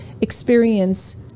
experience